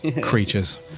creatures